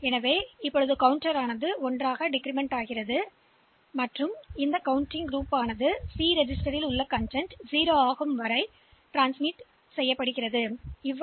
எனவே இது ஒன்றால் குறைந்து பூஜ்ஜியமல்ல